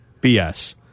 BS